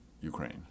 Ukraine